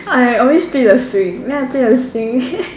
I always play the swing then I play the swing